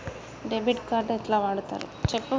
Debit card ఎట్లా వాడుతరు?